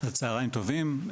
צוהריים טובים,